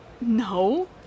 No